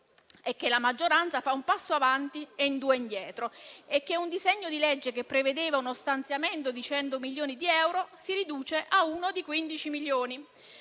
la maggioranza fa un passo avanti e due indietro e che un disegno di legge che prevedeva uno stanziamento di 100 milioni di euro si riduce a uno di 15 milioni.